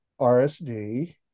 RSD